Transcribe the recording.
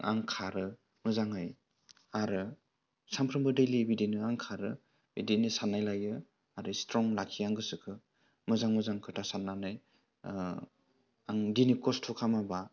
आं खारो मोजाङै आरो सानफ्रोमबो दैलि बिदिनो खारो बिदिनो साननाय लायो आरो स्थ्रं लाखियो आं गोसोखौ मोजां मोजां खोथा साननानै आं दिनै खस्थ' खालामाबा